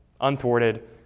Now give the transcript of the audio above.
unthwarted